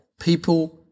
people